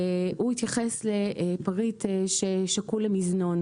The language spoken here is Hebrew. הוא התייחס לפריט ששקול למזנון.